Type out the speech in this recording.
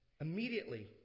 Immediately